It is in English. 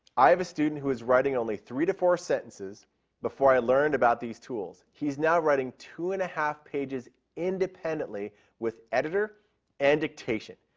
i have a student who is writing only three to four sentences before i learned about these tools. he's now writing two and a half pages independently with editor and dictation.